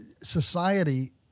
Society